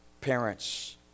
parents